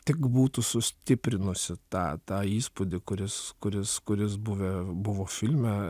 tik būtų sustiprinusi tą tą įspūdį kuris kuris kuris buvę buvo filme